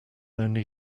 only